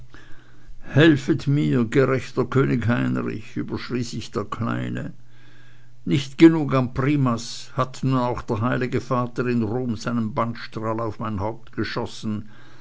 helfet mir gerechter könig heinrich überschrie sich der kleine nicht genug am primas hat nun auch der heilige vater in rom seinen bannstrahl auf mein haupt geschossen